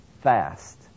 fast